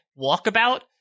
Walkabout